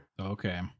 Okay